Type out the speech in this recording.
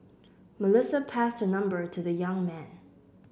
Melissa passed her number to the young man